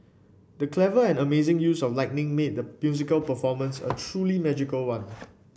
the clever and amazing use of lighting made the musical performance a truly magical one